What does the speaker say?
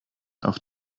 auf